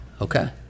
Okay